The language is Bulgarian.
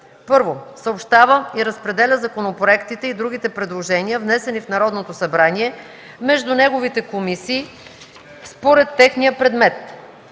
1. съобщава и разпределя законопроектите и другите предложения, внесени в Народното събрание, между неговите комисии според техния предмет;